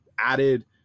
added